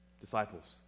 disciples